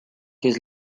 his